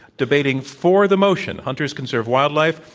debating for the motion hunters conserve wildlife,